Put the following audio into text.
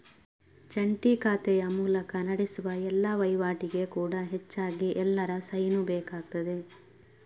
ಜಂಟಿ ಖಾತೆಯ ಮೂಲಕ ನಡೆಸುವ ಎಲ್ಲಾ ವೈವಾಟಿಗೆ ಕೂಡಾ ಹೆಚ್ಚಾಗಿ ಎಲ್ಲರ ಸೈನು ಬೇಕಾಗ್ತದೆ